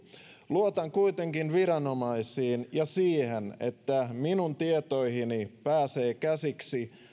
luotan kuitenkin viranomaisiin ja siihen että minun tietoihini pääsee käsiksi